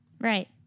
Right